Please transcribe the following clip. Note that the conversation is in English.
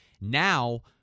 Now